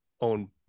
own